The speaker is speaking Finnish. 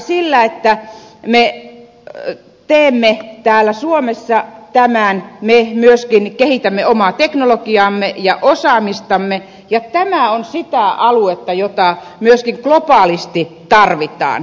sillä että me teemme täällä suomessa tämän me myöskin kehitämme omaa teknologiaamme ja osaamistamme ja tämä on sitä aluetta jota myöskin globaalisti tarvitaan